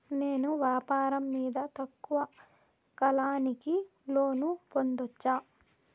నేను వ్యాపారం మీద తక్కువ కాలానికి లోను పొందొచ్చా?